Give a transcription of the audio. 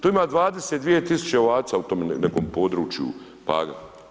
Tu ima 22 tisuće ovaca u tom nekom području Paga.